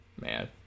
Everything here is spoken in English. man